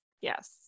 yes